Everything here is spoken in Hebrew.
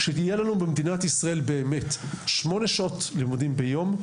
כשיהיה לנו במדינת ישראל יום לימודים של שמונה שעות לימודים ביום,